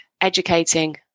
educating